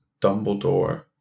Dumbledore